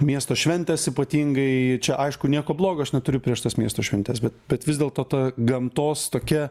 miesto šventės ypatingai čia aišku nieko bloga aš neturiu prieš tas miesto šventes bet bet vis dėlto ta gamtos tokia